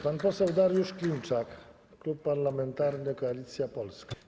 Pan poseł Dariusz Klimczak, Klub Parlamentarny Koalicja Polska.